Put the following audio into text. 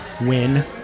win